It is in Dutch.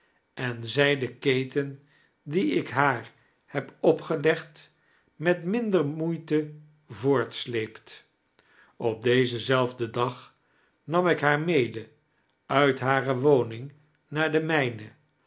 en zij den keten dien ik haar heb opgelegd met minder moeite voortsleept op dezein z elf den dag nam ik haar med uit hare woning naar de mijne